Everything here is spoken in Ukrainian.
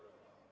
Дякую